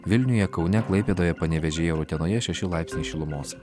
vilniuje kaune klaipėdoje panevėžyje utenoje šeši laipsniai šilumos